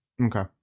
Okay